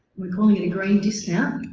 we're calling it a green discount,